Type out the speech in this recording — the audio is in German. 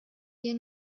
hier